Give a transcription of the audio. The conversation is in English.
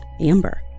Amber